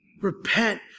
Repent